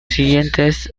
siguientes